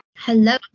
Hello